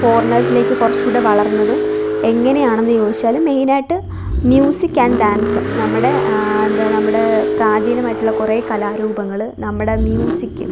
ഫോറിനേഴ്സിലേക്ക് കുറച്ചുകൂടെ വളർന്നതും എങ്ങനെയാണെന്ന് ചോദിച്ചാല് മെയിനായിട്ട് മ്യൂസിക് ആൻഡ് ഡാൻസ് നമ്മുടെ എന്താണ് നമ്മുടെ പ്രാചീനമായിട്ടുള്ള കുറേ കലാരൂപങ്ങള് നമ്മുടെ മ്യൂസിക്